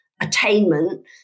attainment